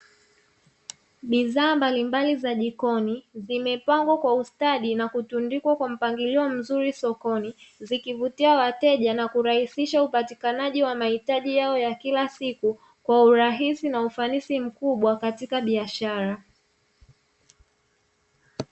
Bidhaa mbalimbali za jikoni zimepangwa kwa ustadi na kutundikwa kwa mpangilio mzuri sokoni, zikivutia wateja na kurahisisha upatikanaji wa mahitaji yao ya kila siku kwa urahisi na ufanisi mkubwa katika biashara.